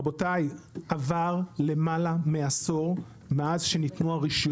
רבותי עבר למעלה מעשור מאז שניתנו הרישיונות.